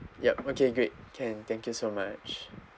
yup okay great can thank you so much